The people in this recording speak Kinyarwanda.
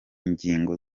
ngingo